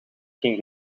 ging